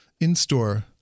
in-store